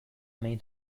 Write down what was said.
made